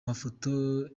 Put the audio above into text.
mafoto